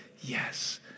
yes